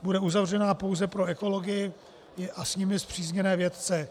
Bude uzavřená pouze pro ekology a s nimi spřízněné vědce.